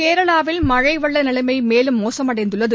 கேரளாவில் மழை வெள்ள நிலமை மேலும் மோசமடைந்துள்ளது